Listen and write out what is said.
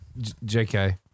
JK